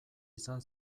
izan